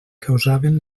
causaven